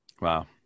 Wow